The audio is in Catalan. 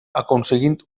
aconseguint